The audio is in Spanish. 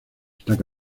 estaba